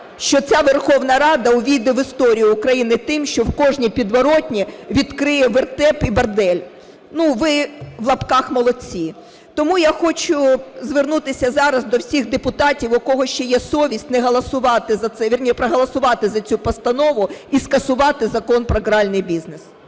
що ця Верховна Рада увійде в історію України тим, що в кожній підворотні відкриє вертеп і бордель. Ну, ви в лапках "молодці". Тому я хочу звернутися зараз до всіх депутатів, у кого ще є совість, не голосувати за цей… Вірніше, проголосувати за цю постанову і скасувати Закон про гральний бізнес.